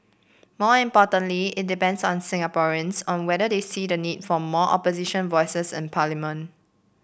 more importantly it depends on Singaporeans on whether they see the need for more Opposition voices in parliament